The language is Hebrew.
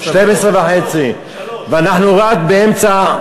00:30 ואנחנו רק באמצע,